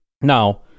Now